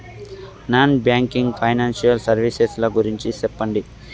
Non banking financial services ల గురించి సెప్పండి?